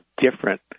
different